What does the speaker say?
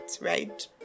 Right